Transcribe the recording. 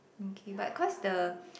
okay but cause the